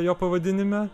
jo pavadinime